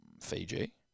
Fiji